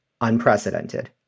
unprecedented